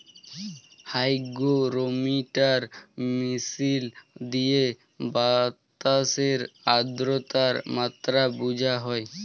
hygrometer মিশিল দিঁয়ে বাতাসের আদ্রতার মাত্রা বুঝা হ্যয়